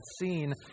seen